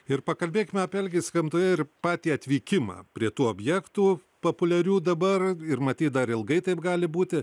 ir pakalbėkime apie elgesį gamtoje ir patį atvykimą prie tų objektų populiarių dabar ir matyt dar ilgai taip gali būti